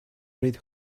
red